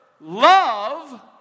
love